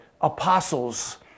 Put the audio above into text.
apostles